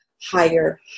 higher